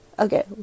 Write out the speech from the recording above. okay